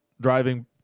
driving